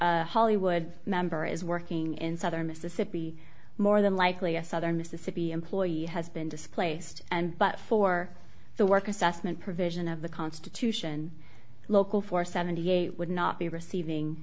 hollywood member is working in southern mississippi more than likely a southern mississippi employee has been displaced and but for the work assessment provision of the constitution local for seventy eight would not be receiving